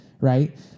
right